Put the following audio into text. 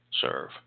serve